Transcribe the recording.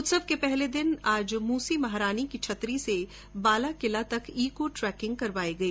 उत्सव के पहले दिन आज मूसी महारानी की छतरी से बालाकिला तक ईको ट्रेकिंग कराई गई